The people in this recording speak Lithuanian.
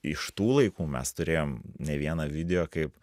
iš tų laikų mes turėjom ne vieną video kaip